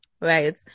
Right